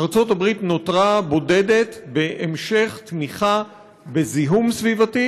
ארצות הברית נותרה בודדת בהמשך תמיכה בזיהום סביבתי